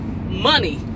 Money